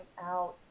out